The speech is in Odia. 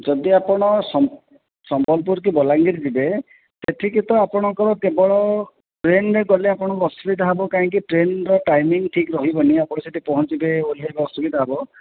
ଯଦି ଆପଣ ସମ୍ବଲପୁର କି ବଲାଙ୍ଗୀର ଯିବେ ସେଠିକି ତ ଆପଣଙ୍କର କେବଳ ଟ୍ରେନ ରେ ଗଲେ ଆପଣଙ୍କୁ ଅସୁବିଧା ହେବ କାହିଁକି ଟ୍ରେନ ର ଟାଇମିଂ ଠିକ୍ ରହିବନି କାରଣ ଆପଣ ସେଠି ପହଞ୍ଚିବେ ଓଲ୍ହେଇବେ ଅସୁବିଧା ହେବ